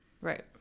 Right